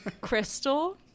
Crystal